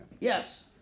Yes